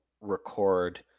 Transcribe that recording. record